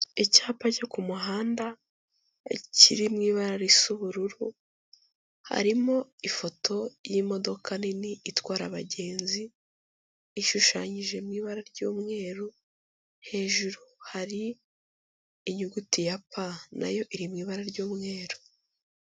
Icyapa cyo ku muhanda kiri ibara risa ubururu, harimo ifoto y'imodoka nini itwara abagenzi, ishushanyije mu ibara ry'umweru, hejuru hari inyuguti ya pa, na yo iri mu ibara ry'umweru.